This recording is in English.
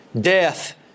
death